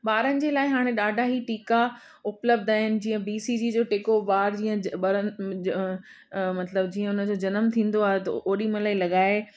ॿारनि जे लाइ हाणे ॾाढा ई टीका उपलब्धु आहिनि जीअं बी सी जी जो टेको ॿार जीअं बरनि मतिलब जीअं उन जो जनम थींदो आहे त ओॾीमहिल ई लगाए